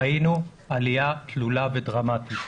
ראינו עלייה תלולה ודרמטית.